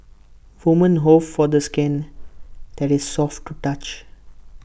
women hope for the skin that is soft to touch